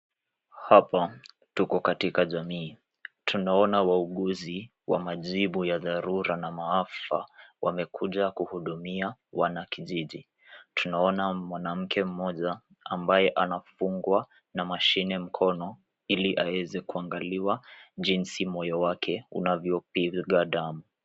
Hapa tuko katika jamii. Tunaona wauguzi wa majibu ya dharura na maafa wamekuja kuhudumia wanakijiji. Tunaona mwanamke mmoja ambaye anafungwa na mashine mkono ili aweze kuangaliwa jinsi moyo wake unavyopiga damu.